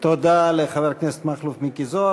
תודה לחבר הכנסת מכלוף מיקי זוהר.